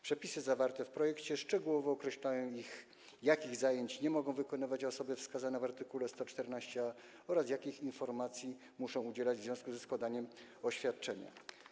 Przepisy zawarte w projekcie szczegółowo określają, jakich zajęć nie mogą wykonywać osoby wskazane w art. 114a, oraz jakich informacji muszą udzielać w związku ze składaniem oświadczenia.